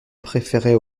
préférait